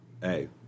Hey